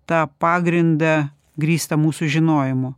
tą pagrindą grįstą mūsų žinojimu